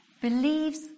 believes